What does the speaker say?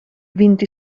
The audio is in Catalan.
vint